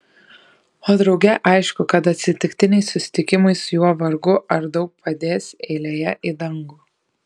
o drauge aišku kad atsitiktiniai susitikimai su juo vargu ar daug padės eilėje į dangų